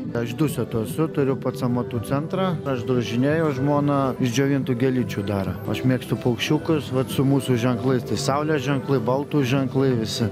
aš dusetų esu turiu pats amatų centrą aš drožinėju žmona iš džiovintų gėlyčių daro aš mėgstu paukščiukus vat su mūsų ženklais tai saulės ženklai baltų ženklai visi